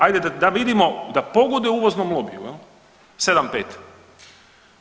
Ajde da vidimo, da pogoduje uvoznom lobiju, 7,5.